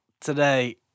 today